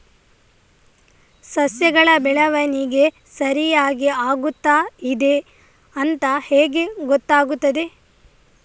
ಸಸ್ಯಗಳ ಬೆಳವಣಿಗೆ ಸರಿಯಾಗಿ ಆಗುತ್ತಾ ಇದೆ ಅಂತ ಹೇಗೆ ಗೊತ್ತಾಗುತ್ತದೆ?